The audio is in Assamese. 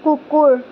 কুকুৰ